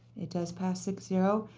it does pass six zero.